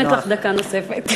נותנת לך דקה נוספת.